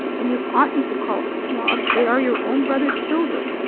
and you oughtn't to call them snobs. they are your own brother's children.